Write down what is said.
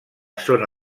zona